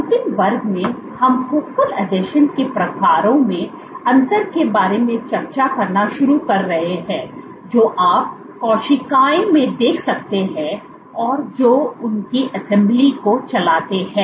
अंतिम वर्ग में हम फोकल आसंजनों के प्रकारों में अंतर के बारे में चर्चा करना शुरू कर रहे हैं जो आप कोशिकाओं में देख सकते हैं और जो उनकी असेंबली को चलाते हैं